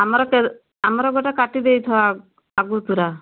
ଆମର ଆମର ଗୋଟେ କାଟି ଦେଇଥାଅ ଆଗ ଆଗତୁରା